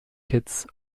kitts